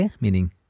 meaning